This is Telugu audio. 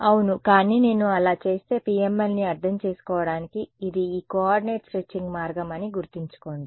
అవును కానీ నేను అలా చేస్తే PMLని అర్థం చేసుకోవడానికి ఇది ఈ కోఆర్డినేట్ స్ట్రెచింగ్ మార్గం అని గుర్తుంచుకోండి